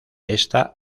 esta